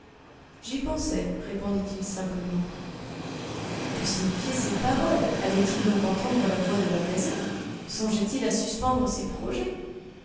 j'y pensais répondit-il simplement que signifiaient ces paroles allait-il donc entendre la voix de la raison songeait-il à suspendre ses projets